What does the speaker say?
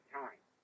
time